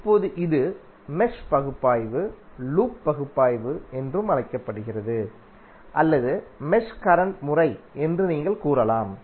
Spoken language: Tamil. இப்போது இது மெஷ் பகுப்பாய்வு லூப் பகுப்பாய்வு என்றும் அழைக்கப்படுகிறது அல்லது மெஷ் கரண்ட் முறை என்று நீங்கள் கூறலாம்